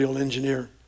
engineer